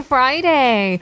Friday